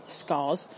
scars